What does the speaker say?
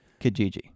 Kijiji